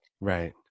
Right